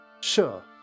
Sure